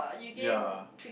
ya